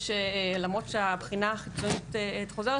למרות שהבחינה החיצונית חוזרת,